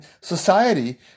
society